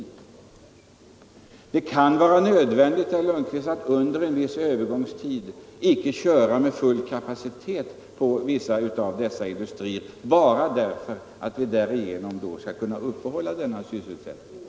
Det kan vara nödvändigt, herr Lundkvist, att under en viss övergångstid icke köra med full kapacitet på vissa av dessa industrier — bara för att man därigenom skall kunna upprätthålla sysselsättningen på annat håll.